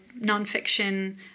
nonfiction